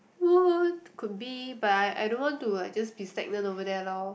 what could be but I I don't want to like just be stagnant over there lor